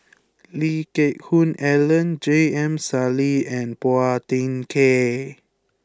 Lee Geck Hoon Ellen J M Sali and Phua Thin Kiay